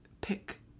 pick